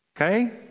Okay